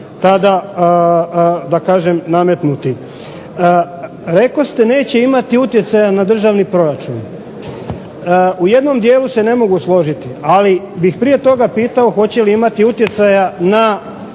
Rekoste neće imati utjecaja na državni proračun. U jednom dijelu se ne mogu složiti, ali bih prije toga pitao hoće li imati utjecaja na proizvođače.